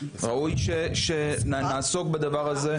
ראוי שנעסוק בדבר הזה.